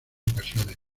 ocasiones